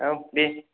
आव दे